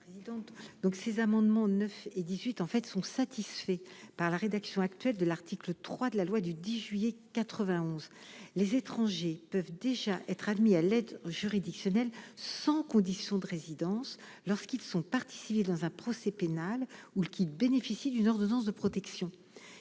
donc ces amendements 9 et 18 ans fait sont satisfaits par la rédaction actuelle de l'article 3 de la loi du 10 juillet 91, les étrangers peuvent déjà être admis à l'aide juridictionnelle, sans condition de résidence lorsqu'ils sont partie civile dans un procès pénal ou qui bénéficient d'une ordonnance de protection,